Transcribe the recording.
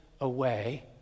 away